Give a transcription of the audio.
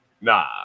nah